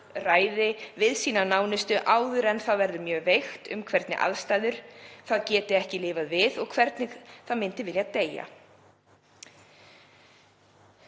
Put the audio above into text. ræði við sína nánustu áður en það verður mjög veikt um hvernig aðstæður það geti ekki lifað við og hvernig það myndi vilja deyja.“